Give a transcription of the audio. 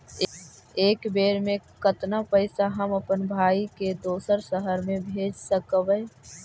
एक बेर मे कतना पैसा हम अपन भाइ के दोसर शहर मे भेज सकबै?